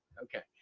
okay.